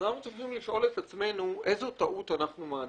עלינו לשאול את עצמנו איזו טעות אנחנו מעדיפים.